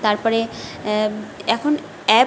তারপরে এখন অ্যাপ